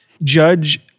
judge